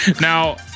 Now